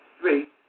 Three